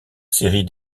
série